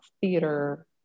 theater